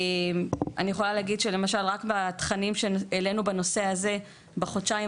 אני יכולה להגיד למשל שרק בתכנים שהעלנו בנושא הזה בחודשיים